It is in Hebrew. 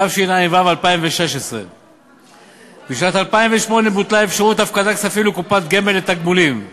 התשע"ו 2016. בשנת 2008 בוטלה אפשרות הפקדת כספים לקופת הגמל לתגמולים,